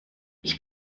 ich